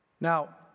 Now